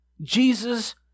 Jesus